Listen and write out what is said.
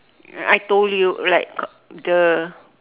I told you like !duh!